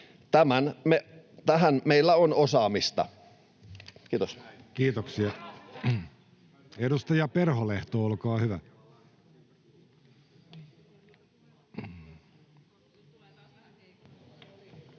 Tähän meillä on osaamista. — Kiitos. Kiitoksia. — Edustaja Perholehto, olkaa hyvä.